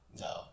No